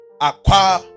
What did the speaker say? Acquire